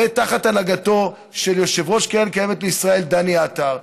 תחת הנהגתו של יושב-ראש קרן קיימת לישראל דני עטר,